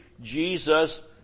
Jesus